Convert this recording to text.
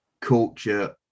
culture